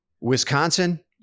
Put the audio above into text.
Wisconsin